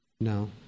No